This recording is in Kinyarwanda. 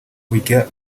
urya